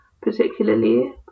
particularly